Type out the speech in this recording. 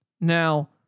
Now